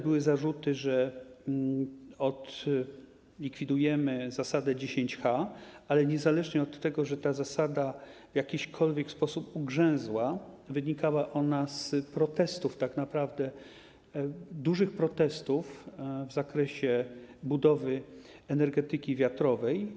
Były zarzuty, że likwidujemy zasadę 10H, ale niezależnie od tego, że ta zasada w jakikolwiek sposób ugrzęzła, wynikała ona tak naprawdę z dużych protestów w zakresie budowy energetyki wiatrowej.